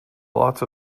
lots